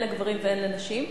הן לגברים והן לנשים.